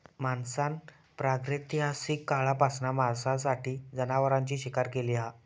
माणसान प्रागैतिहासिक काळापासना मांसासाठी जनावरांची शिकार केली हा